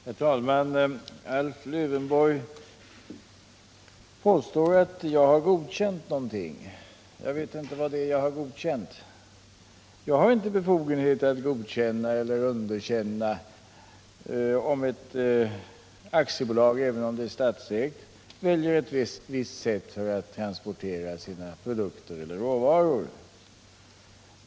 Herr talman! Alf Lövenborg påstår att jag har godkänt någonting. Jag vet inte vad det är som jag har godkänt. Jag har inte befogenhet att godkänna eller underkänna om ett aktiebolag — även om detta är statsägt — väljer ett visst sätt för att transportera sina produkter eller råvaror.